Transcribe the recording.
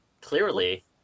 Clearly